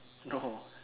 no